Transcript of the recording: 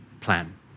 plan